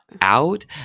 out